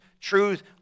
truth